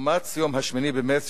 אומץ יום 8 במרס,